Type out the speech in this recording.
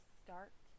start